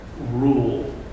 rule